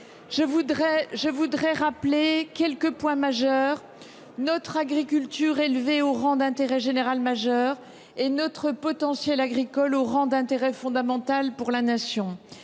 Je voudrais en rappeler quelques points essentiels : notre agriculture élevée au rang d’intérêt général majeur et notre potentiel agricole au rang d’intérêt fondamental pour la Nation